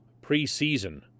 preseason